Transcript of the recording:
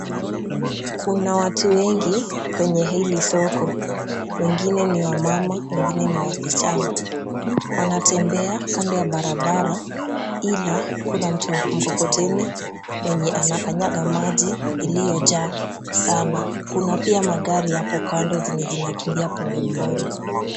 Kuna watu wengi kwenye hili soko. Wengine ni wamama. Wengine ni wasichana. Wanatembea kando ya barabara ila kuna mtu wa mkokoteni mwenye anakanyanga maji iliyojaa sana. Kuna pia magari yapo kando zenye zinakimbia polepole.